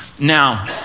Now